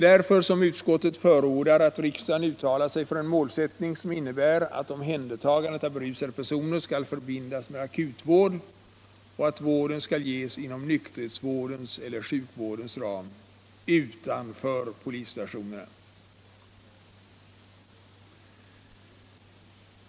| Därför förordar utskottet att riksdagen uttalar sig för en målsättning som innebär att omhändertagandet av berusade personer skall förbindas med akutvård och att vården skall ges inom nykterhetsvårdens eller sjukvårdens ram utanför polisstationerna.